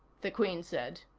the queen said.